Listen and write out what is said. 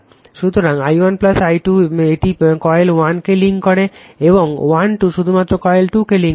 সুতরাং 1 1 12 এটি কয়েল 1 কে লিঙ্ক করে এবং 1 2 শুধুমাত্র কয়েল 2 কে লিঙ্ক করে